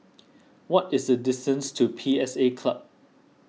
what is the distance to P S A Club